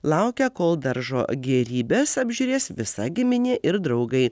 laukia kol daržo gėrybes apžiūrės visa giminė ir draugai